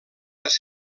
les